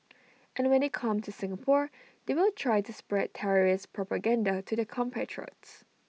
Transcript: and when they come to Singapore they will try to spread terrorist propaganda to their compatriots